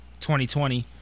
2020